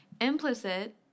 Implicit